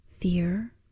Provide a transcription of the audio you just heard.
fear